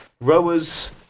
Rowers